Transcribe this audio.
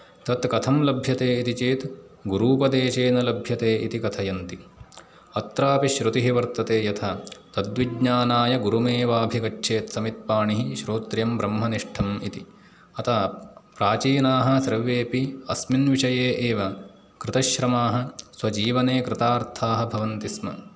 तत्कथं लभ्यते इति चेत् गुरूपदेशेन लभ्यते इति कथयन्ति अत्रापि श्रुतिः वर्तते यथा तद्विज्ञानाय गुरुमेवाभिगच्छेत् समित्पाणिः श्रोत्रियं ब्रह्मनिष्ठम् इति अत प्राचीनाः सर्वेपि अस्मिन् विषये एव कृतश्रमाः स्वजीवने कृतार्थाः भवन्ति स्म